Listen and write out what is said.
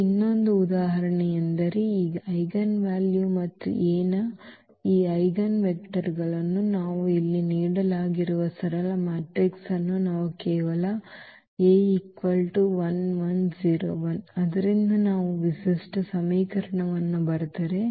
ಇಲ್ಲಿ ಇನ್ನೊಂದು ಉದಾಹರಣೆಯೆಂದರೆ ಈ ಎಜೆನ್ವೆಲ್ಯೂಸ್ ಮತ್ತು ಎ ಯ ಈ ಐಜೆನ್ವೆಕ್ಟರ್ ಗಳನ್ನು ನಾವು ಇಲ್ಲಿ ನೀಡಲಾಗಿರುವ ಸರಳ ಮಾಟ್ರಿಕ್ಸ್ ಅನ್ನು ನಾವು ಕೇವಲ ಆದ್ದರಿಂದ ನಾವು ವಿಶಿಷ್ಟ ಸಮೀಕರಣವನ್ನು ಬರೆದರೆ